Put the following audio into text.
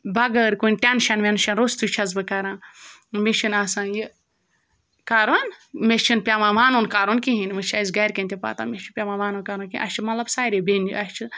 بغٲر کُنہِ ٹٮ۪نشَن وٮ۪نشَن رۄستُے چھٮ۪س بہٕ کران مےٚ چھِنہٕ آسان یہِ کَرُن مےٚ چھِنہٕ پٮ۪وان وَنُن کَرُن کِہیٖنۍ وٕ چھِ اَسہِ گَرِکٮ۪ن تہِ پَتہ مےٚ چھِنہٕ پٮ۪وان وَنُن کَرُن کِہیٖنۍ اَسہِ چھِ مطلب سارے اَسہِ چھِ